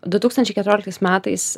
du tūkstančiai keturioliktais metais